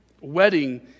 wedding